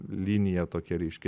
liniją tokią reiškia